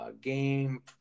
Game